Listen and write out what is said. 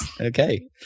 Okay